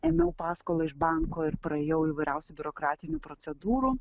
ėmiau paskolą iš banko ir praėjau įvairiausių biurokratinių procedūrų